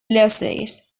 losses